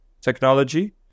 technology